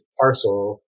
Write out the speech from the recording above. parcel